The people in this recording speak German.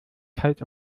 kalt